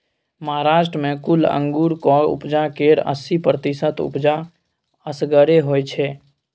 महाराष्ट्र मे कुल अंगुरक उपजा केर अस्सी प्रतिशत उपजा असगरे होइ छै